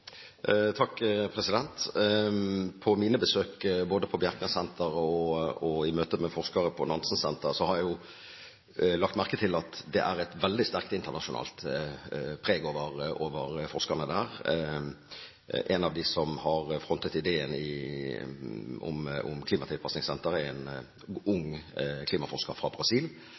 På mine besøk, både på Bjerknessenteret og i møte med forskere på Nansensenteret, har jeg lagt merke til at det er et veldig sterkt internasjonalt preg over forskerne der. En av dem som har frontet ideen om klimatilpasningssenteret, er en ung klimaforsker fra Brasil.